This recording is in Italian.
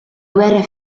guerra